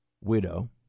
widow